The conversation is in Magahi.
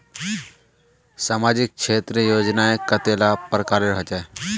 सामाजिक क्षेत्र योजनाएँ कतेला प्रकारेर होचे?